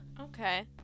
Okay